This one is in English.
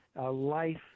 life